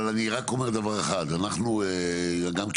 אבל אני רק אומר דבר אחד: אנחנו, גם כוועדה,